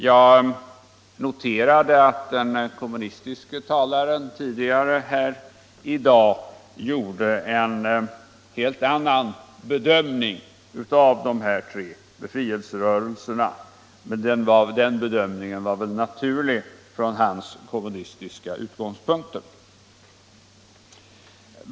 Jag noterade att den kommunistiske talaren tidigare i dag gjorde en helt annan bedömning av de tre befrielserörelserna, men den var väl naturlig från hans kommunistiska utgångspunkter.